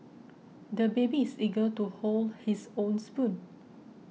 the baby is eager to hold his own spoon